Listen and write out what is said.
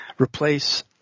replace